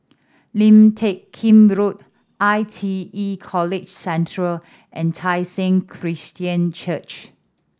Lim Teck Kim Road I T E College Central and Tai Seng Christian Church